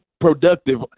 productive